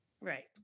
Right